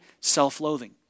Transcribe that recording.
self-loathing